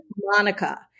Monica